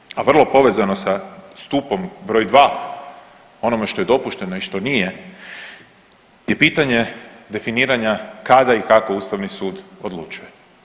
I zadnje, a vrlo povezano sa stupom broj dva onome što je dopušteno i što nije je pitanje definiranja kada i kako Ustavni sud odlučuje.